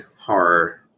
horror